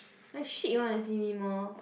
like shit you wanna see me more